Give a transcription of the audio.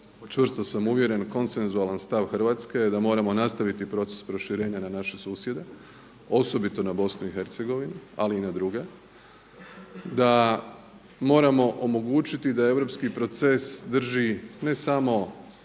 čvrsto sam uvjeren, konsenzualan stav Hrvatske da moramo nastaviti proces proširenja na naše susjede, osobito na BiH, ali i na druge, da moramo omogućiti da europski proces drži ne samo